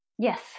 Yes